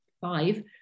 five